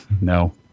No